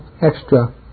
extra